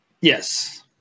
Yes